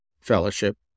fellowship